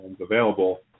available